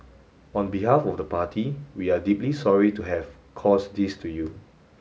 on behalf of the party we are deeply sorry to have caused this to you